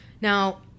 Now